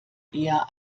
eher